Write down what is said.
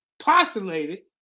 postulated